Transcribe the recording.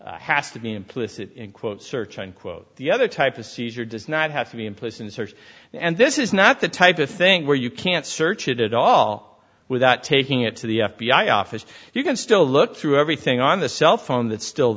caesar has to be implicit in quote search unquote the other type of seizure does not have to be in place and search and this is not the type of thing where you can't search it at all without taking it to the f b i office you can still look through everything on the cell phone that's still